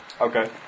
Okay